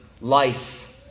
life